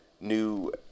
new